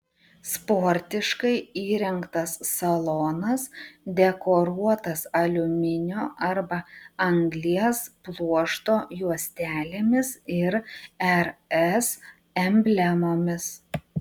sportiškai įrengtas salonas dekoruotas aliuminio arba anglies pluošto juostelėmis ir rs emblemomis